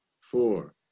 four